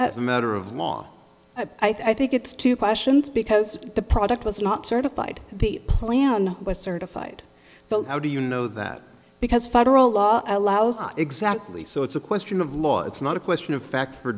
as a matter of law i think it's two questions because the product was not certified the plan certified vote do you know that because federal law allows exactly so it's a question of law it's not a question of fact for